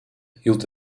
hield